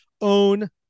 own